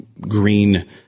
green